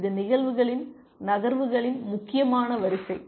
இது நிகழ்வுகளின் நகர்வுகளின் முக்கியமான வரிசை